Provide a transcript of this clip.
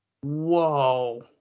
Whoa